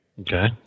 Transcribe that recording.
Okay